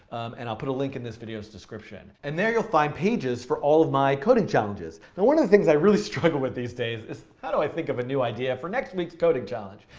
and i'll put a link in this video's description. and there you'll find pages for all of my coding challenges. now one of the things that i really struggle with these days is how do i think of a new idea for next week's coding challenge,